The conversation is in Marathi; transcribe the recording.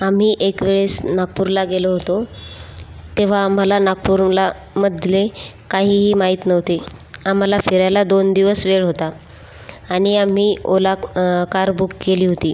आम्ही एकवेळेस नागपूरला गेलो होतो तेव्हा आम्हाला नागपूरला मधले काहीही माहित नव्हते आम्हाला फिरायला दोन दिवस वेळ होता आणि आम्ही ओला कार बुक केली होती